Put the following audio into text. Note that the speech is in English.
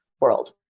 world